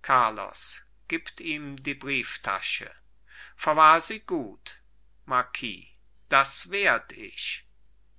carlos gibt ihm die brieftasche verwahr sie gut marquis das werd ich